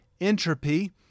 entropy